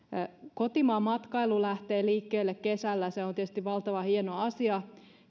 kotimaan matkailu lähtee liikkeelle kesällä ja se on tietysti valtavan hieno asia